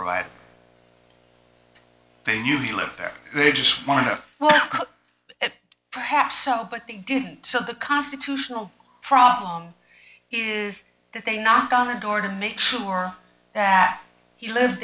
lived there they just monitor it perhaps so but they didn't so the constitutional problem is that they knock on the door to make sure that he live